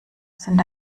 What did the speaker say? sind